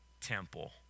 temple